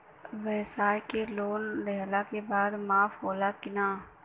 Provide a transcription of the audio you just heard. ब्यवसाय के लोन लेहला के बाद माफ़ होला की ना?